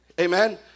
amen